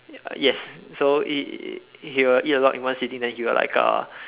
yes so it he will eat a lot in one sitting then he will like uh